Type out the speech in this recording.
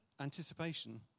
anticipation